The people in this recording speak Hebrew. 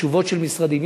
לתשובות של משרדים.